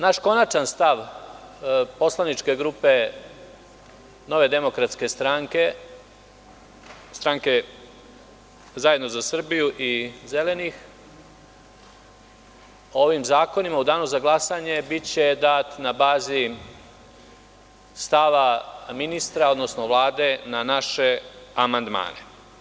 Naš konačan stav, poslaničke grupe Nove demokratske stranke, Stranke Zajedno za Srbiju i zelenih, o ovim zakonima u danu za glasanje biće dat na bazi stava ministra, odnosno Vlade na naše amandmane.